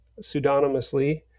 pseudonymously